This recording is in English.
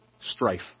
strife